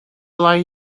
lie